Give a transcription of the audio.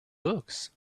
books